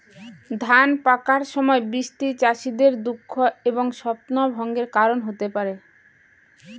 ধান পাকার সময় বৃষ্টি চাষীদের দুঃখ এবং স্বপ্নভঙ্গের কারণ হতে পারে